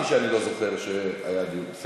אמרתי שאני לא זוכר שהיה דיון.